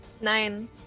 Nine